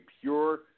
pure